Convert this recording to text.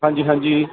ਹਾਂਜੀ ਹਾਂਜੀ